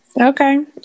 Okay